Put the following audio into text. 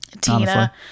tina